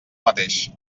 mateix